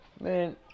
Man